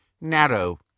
narrow